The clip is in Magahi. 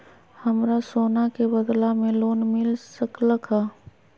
हमरा सोना के बदला में लोन मिल सकलक ह?